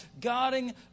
guarding